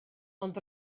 ond